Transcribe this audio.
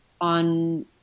on